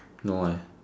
no eh